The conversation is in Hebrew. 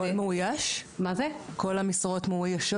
כל המשרות מאוישות?